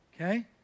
okay